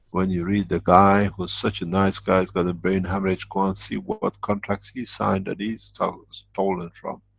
when you read the guy, who's such a nice guy, got a brain hemorrhage go and see what what contract he signed, that these are stolen from,